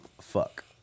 fuck